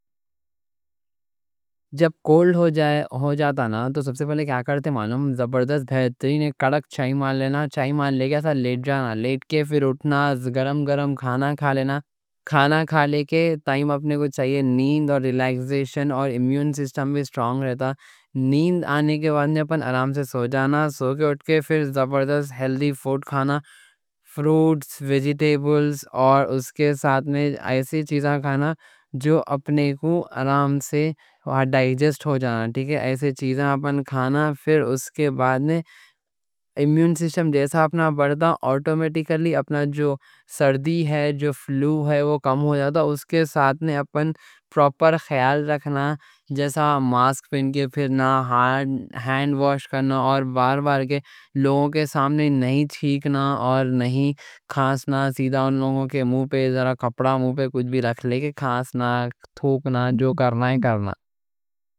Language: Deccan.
جب کول ہو جاتا نا تو سب سے پہلے کیا کرتے، مانو زبردست بہترین ہے کڑک چائے مان لینا۔ چائے مان لے کے ایسا لیٹ جانا، لیٹ کے پھر اٹھنا، گرم گرم کھانا کھا لینا۔ کھانا کھا لے کے ٹائم اپن کوں چاہیے نیند اور ریلیکسیشن، اور امیون سسٹم بھی سٹرونگ رہتا۔ نیند آنے کے بعد اپن آرام سے سو جانا، سو کے اٹھ کے پھر زبردست ہیلدی فوڈ کھانا فروٹس ویجیٹیبلز اور اس کے ساتھ میں ایسی چیزاں کھانا جو اپن کوں آرام سے وہاں ڈائجسٹ ہو جانا، ایسی چیزاں اپن کھانا۔ پھر اس کے بعد میں امیون سسٹم جیسا اپنا بڑھتا، آٹومیٹکلی اپنا جو سردی ہے جو فلو ہے وہ کم ہو جاتا۔ اس کے ساتھ میں اپن پروپر خیال رکھنا، جیسا ماسک پہن کے رکھنا، ہینڈ واش کرنا بار بار کے لوگوں کے سامنے نہیں چھیکنا اور نہیں کھانسنا، سیدھا ان لوگوں کے مو پہ کپڑا، مو پہ کچھ بھی رکھ لے کے کھانسنا تھوکنا جو کرنا ہے کرنا۔